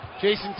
Jason